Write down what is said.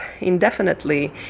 indefinitely